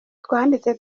twanditse